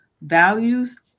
values